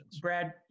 Brad